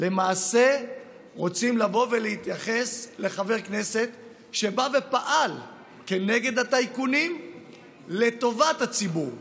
למעשה רוצים להתייחס לחבר כנסת שבא ופעל נגד הטייקונים לטובת הציבור.